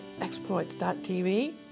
exploits.tv